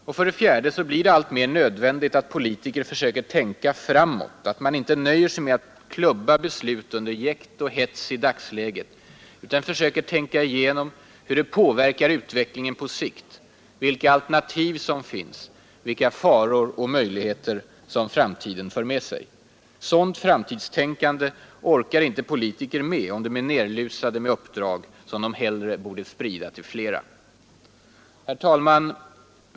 Och för det fjärde blir det alltmer nödvändigt att politiker försöker tänka framåt, att man inte nöjer sig med att klubba beslut under jäkt och hets i dagsläget utan söker tänka igenom hur det påverkar utvecklingen på sikt, vilka alternativ som finns, vilka faror och möjligheter som framtiden för med sig. Sådant framtidstänkande orkar politiker inte med om de är nerlusade med uppdrag som de hellre borde sprida till flera.